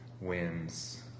wins